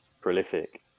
prolific